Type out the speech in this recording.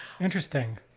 interesting